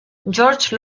george